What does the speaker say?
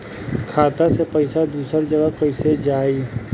खाता से पैसा दूसर जगह कईसे जाई?